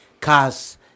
cars